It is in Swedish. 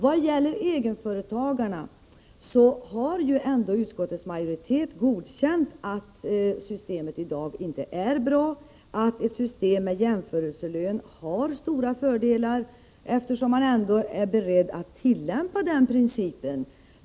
Vad gäller egenföretagarna, har ju ändå utskottets majoritet erkänt att systemet i dag inte är bra och att ett system med jämförelselön har stora fördelar. Man är ju beredd att delvis tillämpa den principen.